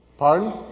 Pardon